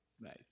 Nice